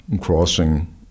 crossing